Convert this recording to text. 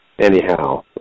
anyhow